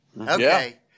Okay